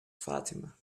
fatima